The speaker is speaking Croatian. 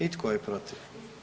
I tko je protiv?